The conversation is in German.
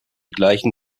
gleichen